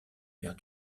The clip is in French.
perd